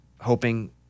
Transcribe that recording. hoping